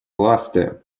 ласты